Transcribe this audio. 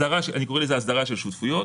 אני קורא לזה הסדרה של שותפויות.